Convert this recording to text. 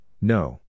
no